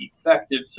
effective